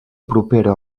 propera